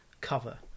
cover